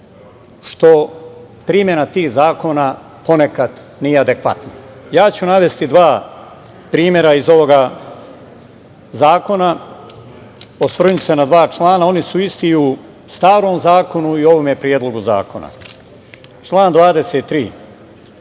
što primena tih zakona ponekad nije adekvatna. Ja ću navesti dva primera iz ovog zakona, a osvrnuću se na dva člana, oni su isti i u starom zakonu i u ovom predlogu zakona. Član 23.